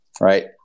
right